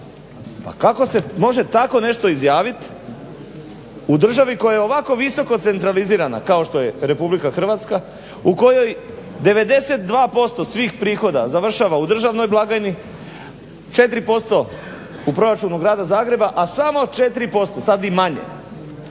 Pa kako se može tako nešto izjaviti u državi koja je ovako visoko centralizirana kao što je RH, u kojoj 92% prihoda završava u državnoj blagajni, 4% u proračunu grada Zagreba, a samo 4% sada i manje